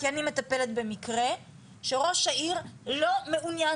כי אני מטפלת במקרה שראש העיר לא מעוניין